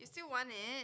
still want it